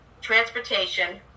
transportation